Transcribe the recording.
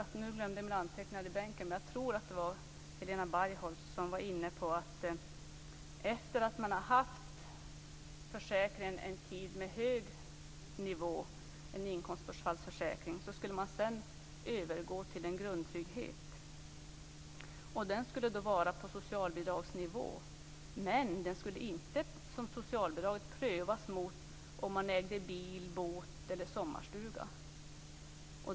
Jag glömde mina anteckningar i bänken men jag tror att det var Helena Bargholtz som var inne på att man, efter att under en tid ha haft en inkomstbortfallsförsäkring med hög nivå, skulle övergå till en grundtrygghet. Den skulle vara på socialbidragsnivå, men den skulle inte som socialbidraget prövas mot om man äger bil, båt eller sommarstuga.